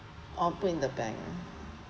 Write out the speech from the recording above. all put in the bank